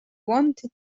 wanted